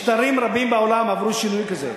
משטרים רבים בעולם עברו שינוי כזה.